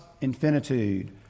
infinitude